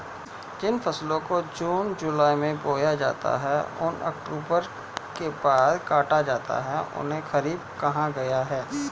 जिन फसलों को जून जुलाई में बोया जाता है और अक्टूबर के बाद काटा जाता है उन्हें खरीफ कहा गया है